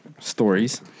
stories